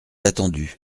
attendu